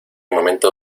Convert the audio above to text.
momento